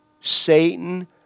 Satan